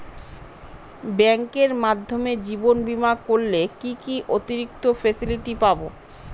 ব্যাংকের মাধ্যমে জীবন বীমা করলে কি কি অতিরিক্ত ফেসিলিটি পাব?